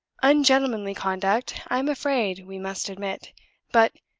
ungentlemanly conduct, i am afraid we must admit but,